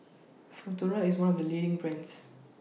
Futuro IS one of The leading brands